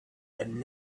had